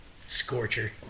scorcher